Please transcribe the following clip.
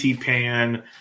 Pan